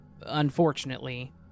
unfortunately